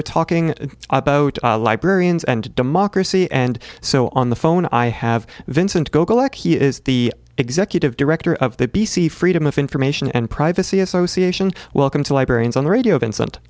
're talking about librarians and democracy and so on the phone i have vincent go collect he is the executive director of the b c freedom of information and privacy association welcome to librarians on radio vincent